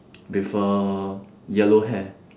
with uh yellow hair